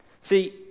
See